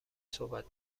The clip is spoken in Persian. صحبت